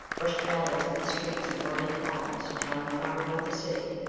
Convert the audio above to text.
rushed madly through the streets in whirling columns towering far above the city.